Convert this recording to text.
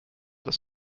des